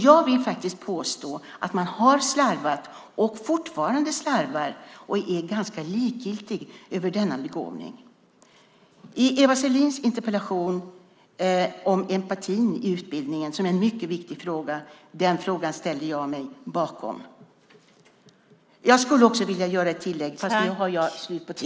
Jag vill påstå att man har slarvat och fortfarande slarvar och är ganska likgiltig över denna begåvning. Eva Selin Lindgrens interpellation om empatin i utbildningen, som är en mycket viktig fråga, ställer jag mig bakom.